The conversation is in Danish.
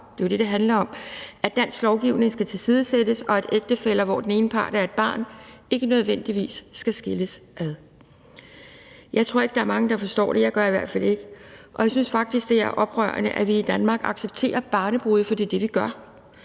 det er jo det, det handler om – at dansk lovgivning skal tilsidesættes, og at ægtefæller, hvor den ene part er et barn, ikke nødvendigvis skal skilles ad. Jeg tror ikke, der er mange, der forstår det – jeg gør i hvert fald ikke – og jeg synes faktisk, det er oprørende, at vi i Danmark accepterer barnebrude, for det er det, vi gør.